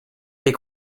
les